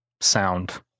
sound